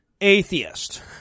atheist